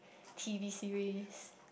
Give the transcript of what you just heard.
T_V series